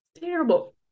terrible